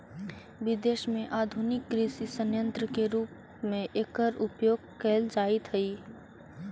विदेश में आधुनिक कृषि सन्यन्त्र के रूप में एकर उपयोग कैल जाइत हई